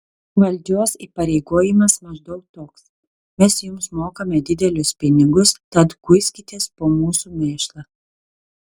valdžios įpareigojimas maždaug toks mes jums mokame didelius pinigus tad kuiskitės po mūsų mėšlą